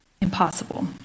impossible